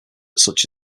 such